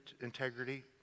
integrity